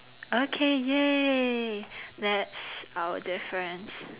okay !yay! that's our difference